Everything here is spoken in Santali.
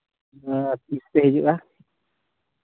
ᱟᱨ ᱛᱤᱥ ᱯᱮ ᱦᱤᱡᱩᱜᱼᱟ